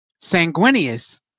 Sanguinius